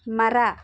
ಮರ